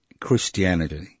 Christianity